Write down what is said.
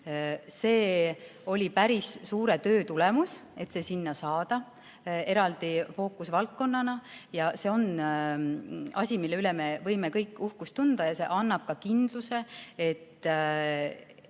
See oli päris suure töö tulemus, et see saadi sinna eraldi fookusvaldkonnana, ja see on asi, mille üle me võime kõik uhkust tunda, ja see annab ka kindluse, et